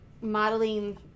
modeling